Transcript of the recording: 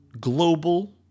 global